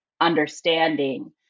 understanding